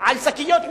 על שקיות מתכלות.